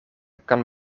kan